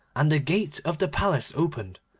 and the gate of the palace opened,